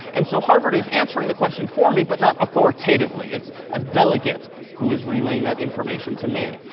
and so harvard is answering the question for me, but not authoritatively. it's a delegate who is relaying that information to me.